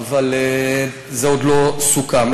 אבל זה עוד לא סוכם.